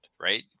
right